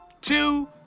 Two